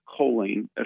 choline